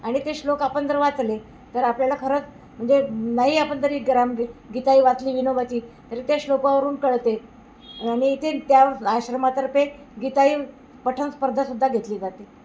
आणि ते श्लोक आपण जर वाचले तर आपल्याला खरंच म्हणजे नाही आपण जरी ग्रम गीताई वाचली विनोबाची तरी त्या श्लोकावरून कळते आणि इथे त्या आश्रमातर्फे गीताई पठण स्पर्धासुद्धा घेतली जाते